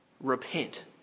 repent